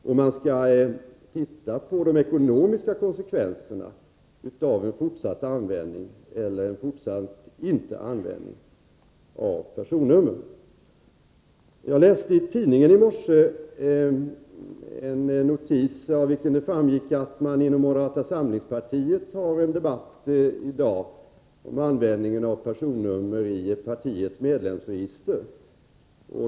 Utredningen skall även studera vilka ekonomiska konsekvenser det blir om man fortsätter att använda personnummer resp. om man inte använder dem. Jag läste i en tidning i morse en notis av vilken det framgick att det inom moderata samlingspartiet f. n. pågår en debatt om användningen av personnummer i partiets medlemsregister.